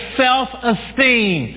self-esteem